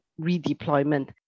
redeployment